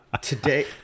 today